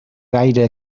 gaire